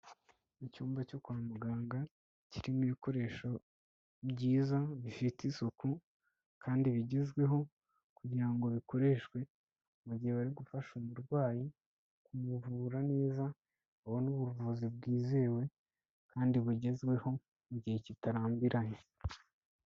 Icyumba cyo kwa muganga kirimo ibikoresho byiza bifite isuku kandi bigezweho kugira ngo bikoreshwe mu gihe bari gufasha umurwayi kumuvura neza, abone ubuvuzi bwizewe kandi bugezweho mu gihe kitarambiranye.